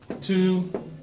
two